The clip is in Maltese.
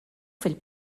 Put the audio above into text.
fil